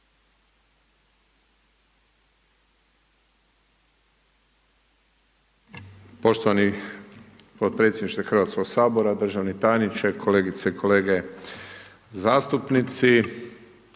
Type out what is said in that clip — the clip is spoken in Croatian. Poštovani podpredsjedniče Hrvatskog sabora, poštovane kolegice i kolege zastupnici,